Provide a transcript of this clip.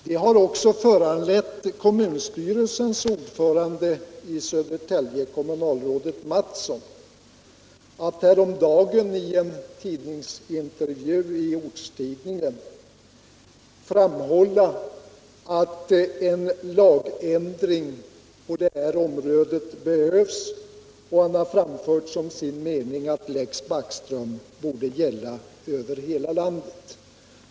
Det har också föranlett kommunstyrelsens ordförande i Södertälje, kommunalrådet Mattsson, att häromdagen i en intervju i ortens tidning framhålla att en lagändring på det här området behövs, och han framför som sin mening att Lex Backström borde gälla över hela landet.